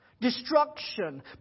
destruction